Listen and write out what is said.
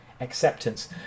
acceptance